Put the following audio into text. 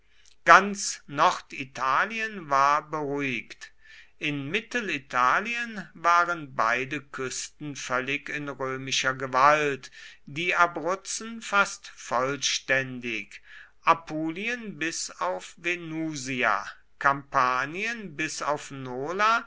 ganz norditalien war beruhigt in mittelitalien waren beide küsten völlig in römischer gewalt die abruzzen fast vollständig apulien bis auf venusia kampanien bis auf